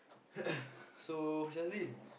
so Shazlin